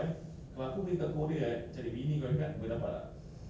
but some say ah that they are using plastic surgery